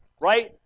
right